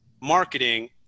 Marketing